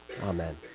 amen